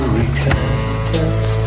repentance